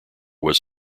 was